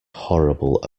horrible